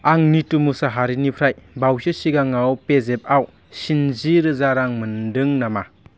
आं निथु मसारिनिफ्राय बावैसो सिगाङव पेजेफआव स्निजिरोजा रां मोनदों नामा